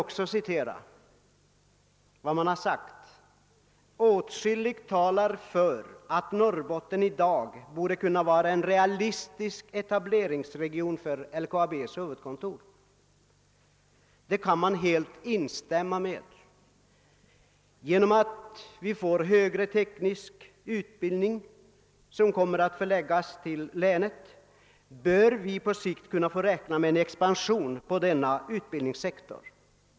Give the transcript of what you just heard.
Jag vill citera ur dess yttrande: »Åtskilligt talar för att Norrbotten idag borde kunna vara en realistisk etableringsregion för LKAB:s huvudkontor.» Man kan helt instämma i det uttalandet. Genom att högre teknisk utbildning blir förlagd till länet bör vi på sikt kunna räkna med expansion av denna utbildningssektor.